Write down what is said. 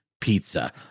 pizza